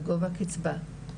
בגובה הקצבה,